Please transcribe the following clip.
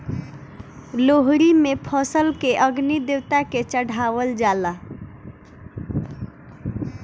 लोहड़ी में फसल के अग्नि देवता के चढ़ावल जाला